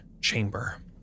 chamber